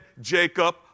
Jacob